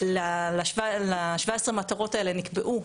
ל-17 המטרות האלה נקבעו,